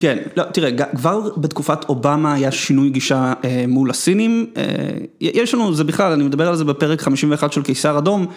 כן, לא, תראה, כבר בתקופת אובמה היה שינוי גישה מול הסינים, יש לנו, זה בכלל, אני מדבר על זה בפרק 51 של קיסר אדום.